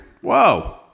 Whoa